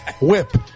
Whip